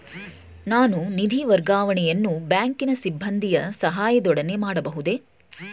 ನಾನು ನಿಧಿ ವರ್ಗಾವಣೆಯನ್ನು ಬ್ಯಾಂಕಿನ ಸಿಬ್ಬಂದಿಯ ಸಹಾಯದೊಡನೆ ಮಾಡಬಹುದೇ?